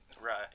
Right